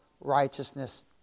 righteousness